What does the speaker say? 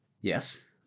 yes